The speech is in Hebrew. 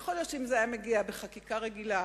יכול להיות שאם זה היה מגיע בחקיקה רגילה,